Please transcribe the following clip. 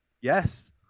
Yes